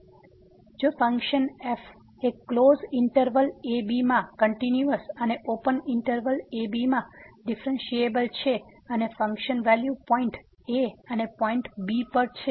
તેથી જો function f એ ક્લોઝ ઈંટરવલ a b માં કંટીન્યુઅસ અને ઓપન ઈંટરવલ a b માં ડિફ્રેન્સીએબલ છે અને ફંક્શન વેલ્યુ પોઈંટ a અને પોઈંટ b પર છે